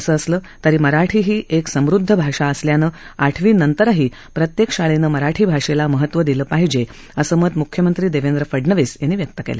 असे असले तरी मराठी ही एक समृध्द भाषा असल्याने आठवी नंतरही प्रत्येक शाळेने मराठी भाषेला महत्व दिले पाहिजे असं मत म्ख्यमंत्री देवेंद्र फडणवीस यांनी व्यक्त केले